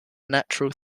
natural